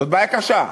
זאת בעיה קשה,